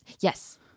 Yes